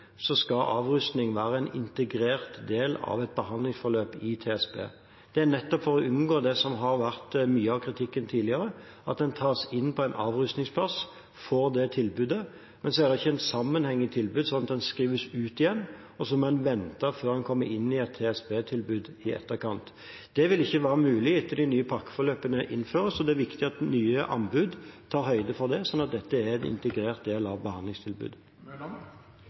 være en integrert del av et behandlingsforløp i TSB. Det er nettopp for å unngå det som har vært mye kritisert tidligere – at man får tilbud om en avrusningsplass, men så det er ingen sammenheng i tilbudet, slik at man skrives ut igjen og må vente på å få komme inn i et TSB-tilbud i etterkant. Det vil ikke være mulig etter at de nye pakkeforløpene innføres, og det er viktig at nye anbud tar høyde for det, slik at dette er en integrert del av